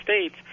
States